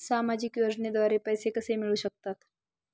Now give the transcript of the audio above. सामाजिक योजनेद्वारे पैसे कसे मिळू शकतात?